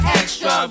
extra